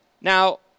Now